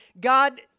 God